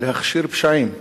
להכשיר פשעים,